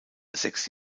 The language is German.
sechs